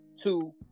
two